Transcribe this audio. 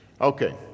Okay